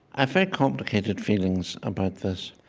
i've very complicated feelings about this.